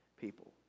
people